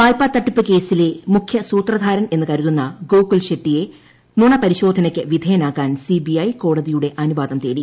വായ്പാ തട്ടിപ്പ് കേസിലെ മുഖ്യ സൂത്രധാരൻ എന്നു കരുതുന്ന ഗോകുൽ ഷെട്ടിയെ നുണപരിശോധനയ്ക്ക് വിധേയനാക്കാൻ സിബിഐ കോടതിയുടെ അനുവാദം തേടി